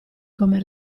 come